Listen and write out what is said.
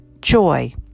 joy